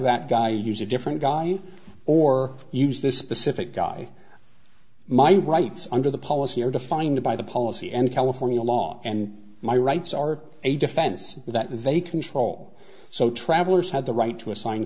that guy use a different guy or use this specific guy my rights under the policy are defined by the policy and california law and my rights are a defense to that they control so travelers had the right to assign